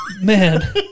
man